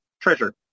treasure